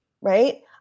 Right